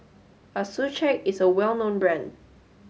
Accucheck is a well known brand